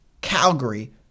Calgary